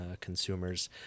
consumers